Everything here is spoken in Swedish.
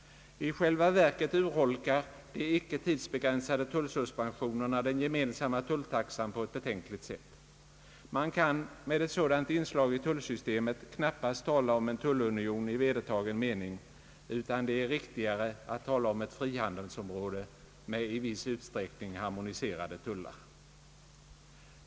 I själva verket urholkar de icke tidsbegränsade tullsuspensionerna den gemensamma tulltaxan på ett betänkligt sätt. Man kan med ett sådant inslag i tullsystemet knappast tala om en tullunion i vedertagen mening, utan det är riktigare att tala om ett frihandelsområde med i viss utsträckning harmoniserade tullar.